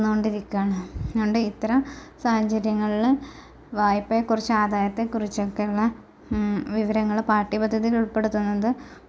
ഉയർന്ന് കൊണ്ടിരിക്കുകയാണ് അതുകൊണ്ട് ഇത്തരം സാഹചര്യങ്ങൾല് വായ്പ്പയെ കുറിച്ചും ആദായത്തെക്കുറിച്ചൊക്കെയുള്ള വിവരങ്ങള് പാഠ്യപദ്ധതിയിൽ ഉൾപ്പെടുത്തുന്നത് വളരെ ഗുണമായിട്ടുള്ള കാര്യമാണ്